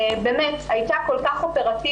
באמת, הייתה כל כך אופרטיבית.